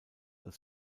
als